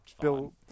Bill